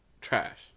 trash